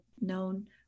known